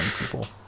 people